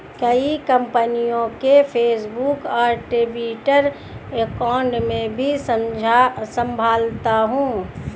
कई कंपनियों के फेसबुक और ट्विटर अकाउंट मैं ही संभालता हूं